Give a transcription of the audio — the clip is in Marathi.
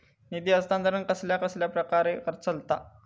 निधी हस्तांतरण कसल्या कसल्या प्रकारे चलता?